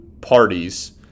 parties